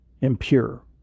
impure